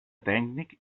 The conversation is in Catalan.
tècnic